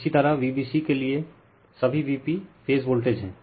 इसी तरह Vbc के लिए रिफर टाइम 1601 सभी Vp फेज वोल्टेज हैं